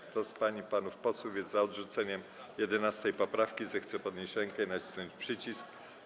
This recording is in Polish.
Kto z pań i panów posłów jest za odrzuceniem 11. poprawki, zechce podnieść rękę i nacisnąć przycisk.